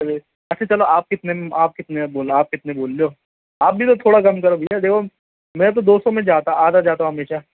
اچھا چلو آپ کتنے آپ کتنے میں بولو آپ کتنے میں بول رہے ہو آپ بھی تو تھوڑا کم کرو بھیا دیکھو میں تو دو سو میں جاتا آتا جاتا ہوں ہمیشہ